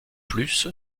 plus